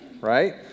right